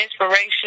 inspiration